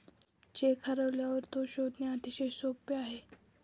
check हरवल्यावर तो शोधणे अतिशय सोपे आहे